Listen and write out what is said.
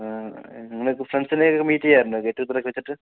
ആ നിങ്ങളെയൊക്കെ ഫ്രണ്ട്സിനെ മീറ്റ് ചെയ്യാറുണ്ടോ ഗെറ്റുഗദർ ഒക്കെ വച്ചിട്ട്